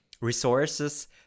resources